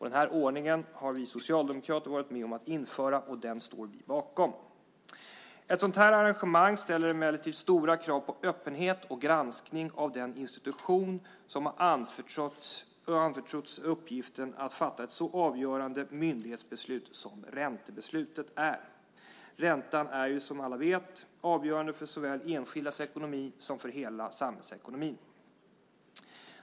Den ordningen har vi socialdemokrater varit med om att införa, och den står vi bakom. Ett sådant arrangemang ställer emellertid stora krav på öppenhet och granskning av den institution som anförtrotts uppgiften att fatta ett så avgörande myndighetsbeslut som räntebeslutet är. Räntan är, som alla vet, avgörande för såväl enskildas ekonomi som för hela samhällsekonomin.